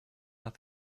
was